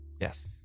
yes